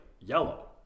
yellow